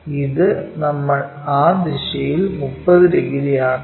ഇത് നമ്മൾ ആ ദിശയിൽ 30 ഡിഗ്രി ആക്കണം